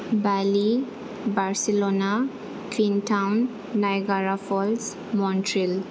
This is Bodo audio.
बालि Barcelona Queenstown Niagara Falls Montreal